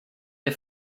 est